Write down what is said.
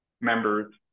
members